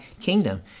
kingdom